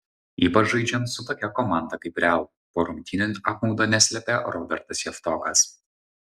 ypač žaidžiant su tokia komanda kaip real po rungtynių apmaudo neslėpė robertas javtokas